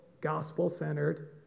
gospel-centered